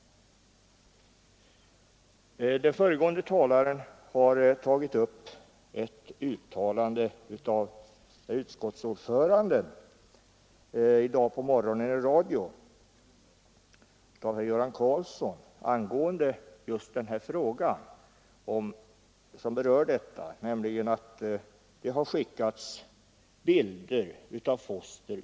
Föregående talare berörde ett uttalande som utskottets ordförande, herr Göran Karlsson i Huskvarna, gjorde i dag på morgonen i radio om att det till riksdagsledamöterna har skickats bilder av foster.